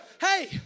Hey